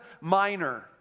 Minor